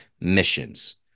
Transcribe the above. missions